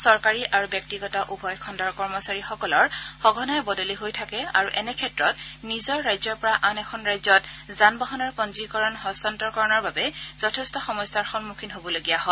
চৰকাৰী আৰু ব্যক্তিগত উভয় খণ্ডৰ কৰ্মচাৰীসকলৰ সঘনাই বদলি হৈ থাকে আৰু এনেক্ষেত্ৰত নিজৰ ৰাজ্যৰ পৰা আন এখন ৰাজ্যত যানবাহনৰ পঞ্জীকৰণৰ হস্তান্তৰকৰণৰ বাবে যথেঠ সমস্যাৰ সন্মুখীন হবলগীয়া হয়